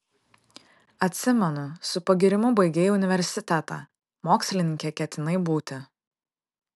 atsimenu su pagyrimu baigei universitetą mokslininke ketinai būti